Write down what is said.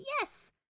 yes